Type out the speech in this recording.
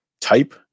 type